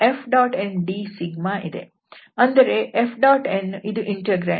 ಅಂದರೆ F⋅n ಇದು ಇಂಟೆಗ್ರಾಂಡ್